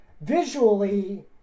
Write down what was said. visually